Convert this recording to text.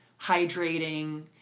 hydrating